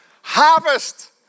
harvest